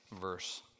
verse